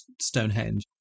Stonehenge